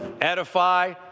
edify